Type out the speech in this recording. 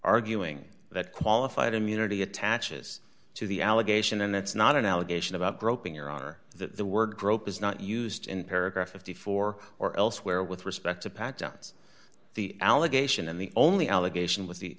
arguing that qualified immunity attaches to the allegation and that's not an allegation about groping your honor that the word grope is not used in paragraph fifty four dollars or elsewhere with respect to pageants the allegation and the only allegation with the